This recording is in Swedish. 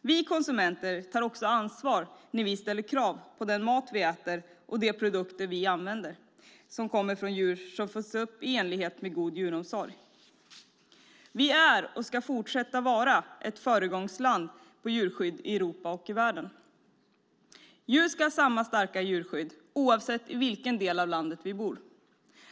Vi konsumenter tar också ansvar när vi ställer krav på att den mat vi äter och de produkter vi använder kommer från djur som fötts upp i enlighet med god djuromsorg. Sverige är och ska fortsätta att vara ett föregångsland för djurskydd i Europa och i världen. Djur ska ha samma starka djurskydd oavsett i vilken del av landet vi bor.